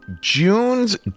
June's